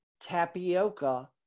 tapioca